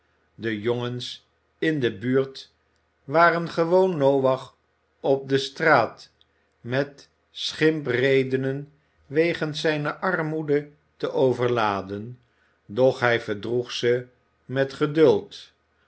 de jongens in de buurt waren gewoon noach op de straat met schimpredenen wegens zijne armoede te overladen doch hij verdroeg ze met geduld